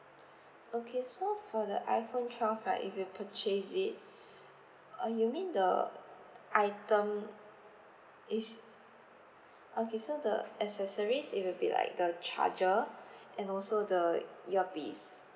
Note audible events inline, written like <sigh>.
okay so for the iphone twelve right if you purchase it <breath> uh you mean the item is okay so the accessories it will be like the charger and also the earpiece